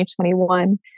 2021